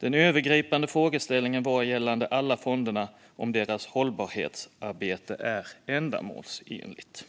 Den övergripande frågeställningen gällande alla fonder var om deras hållbarhetsarbete är ändamålsenligt.